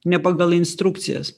ne pagal instrukcijas